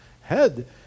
head